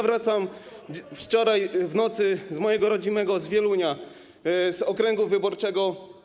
Wracałem wczoraj w nocy z mojego rodzinnego Wielunia, z okręgu wyborczego.